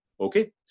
Okay